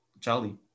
Charlie